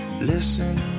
Listen